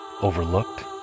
overlooked